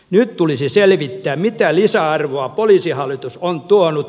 nyt tulisi selvittää mitä lisäarvoa poliisihallitus on tuonut